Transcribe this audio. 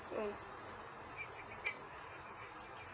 mm